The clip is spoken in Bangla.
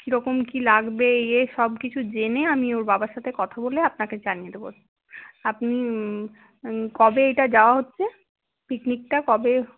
কিরকম কি লাগবে ইয়ে সব কিছু জেনে আমি ওর বাবার সাথে কথা বলে আপনাকে জানিয়ে দেবো আপনি কবে এইটা যাওয়া হচ্ছে পিকনিকটা কবে